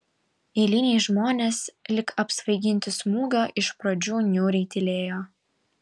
eiliniai žmonės lyg apsvaiginti smūgio iš pradžių niūriai tylėjo